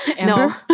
No